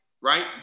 right